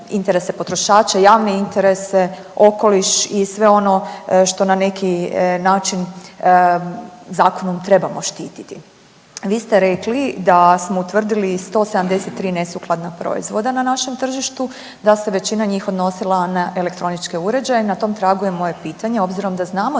interese potrošača, javne interese, okoliš i sve ono što na neki način zakonom trebamo štititi. Vi ste rekli da smo utvrdili 173 nesukladna proizvoda na našem tržištu, da se većina njih odnosila na elektroničke uređaje, na tom tragu je moje pitanje obzirom da znamo